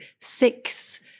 six